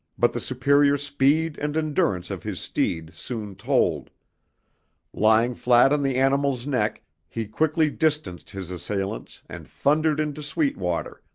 but the superior speed and endurance of his steed soon told lying flat on the animal's neck, he quickly distanced his assailants and thundered into sweetwater,